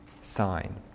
sign